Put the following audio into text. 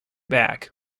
back